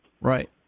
Right